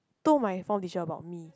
told my form teacher about me